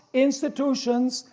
institutions,